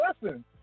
listen